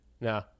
No